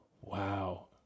Wow